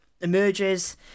emerges